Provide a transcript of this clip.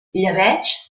llebeig